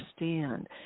understand